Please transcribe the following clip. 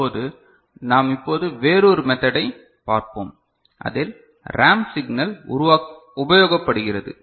இப்போது நாம் இப்போது வேறு ஒரு மெத்தடை பார்ப்போம் அதில் ரேம்ப் சிக்னல் உபயோகப்படுகிறது